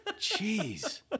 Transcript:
Jeez